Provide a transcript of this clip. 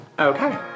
Okay